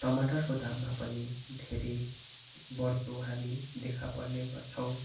टमाटरको दाममा पनि धेरै बड्दो हामी देखा पर्ने गर्छौँ